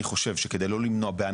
אני חושב שכדי לא למנוע,